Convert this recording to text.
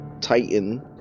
titan